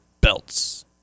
belts